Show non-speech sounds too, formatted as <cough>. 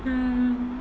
<breath>